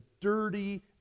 dirty